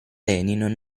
lenin